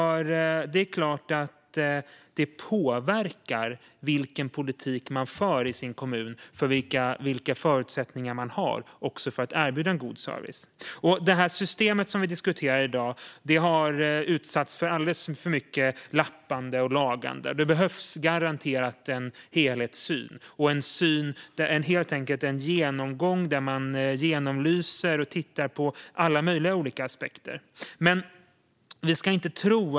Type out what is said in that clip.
Det är klart att den politik man för i sin kommun påverkar vilka förutsättningar man har att erbjuda en god service. Det system som vi diskuterar i dag har utsatts för alldeles för mycket lappande och lagande. Det behövs garanterat en helhetssyn. Det behövs helt enkelt en genomgång där man genomlyser och tittar på alla möjliga olika aspekter.